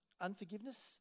Unforgiveness